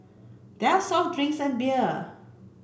there are soft drinks and beer